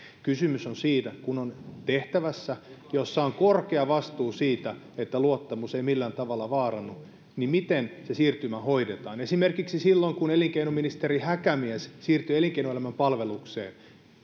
kysymys on siitä että kun on tehtävässä jossa on korkea vastuu siitä että luottamus ei millään tavalla vaarannu miten se siirtymä hoidetaan esimerkiksi silloin kun elinkeinoministeri häkämies siirtyi elinkeinoelämän palvelukseen